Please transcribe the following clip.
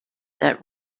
that